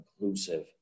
inclusive